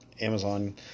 Amazon